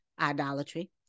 idolatry